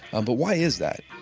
and but why is that?